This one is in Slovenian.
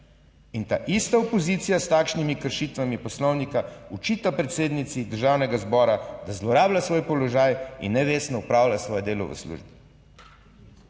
In ta ista opozicija s takšnimi kršitvami poslovnika očita predsednici Državnega zbora, da zlorablja svoj položaj in nevestno opravlja svoje delo v službi.